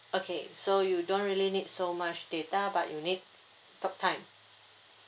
okay so you don't really need so much data but you need talktime